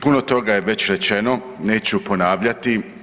Puno toga je već rečeno, neću ponavljati.